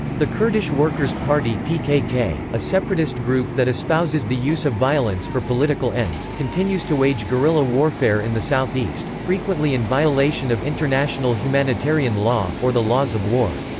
the kurdish workers party pkk, a separatist group that espouses the use of violence for political ends, continues to wage guerrilla warfare in the southeast, frequently in violation of international humanitarian law, or the laws of war.